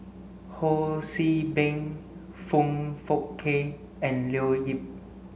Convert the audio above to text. Ho See Beng Foong Fook Kay and Leo Yip